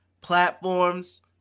platforms